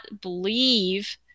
believe